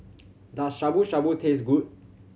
does Shabu Shabu taste good